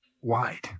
wide